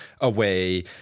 away